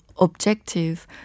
objective